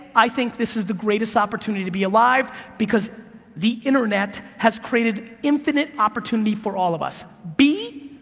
i think this is the greatest opportunity to be alive because the internet has created infinite opportunity for all of us. b,